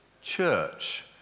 church